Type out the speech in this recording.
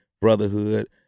brotherhood